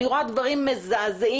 אני רואה דברים מזעזעים,